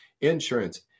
insurance